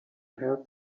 have